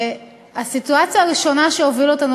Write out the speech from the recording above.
הסיטואציה הראשונה שהובילה אותנו